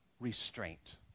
restraint